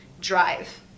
drive